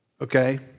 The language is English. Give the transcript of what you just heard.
Okay